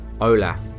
Olaf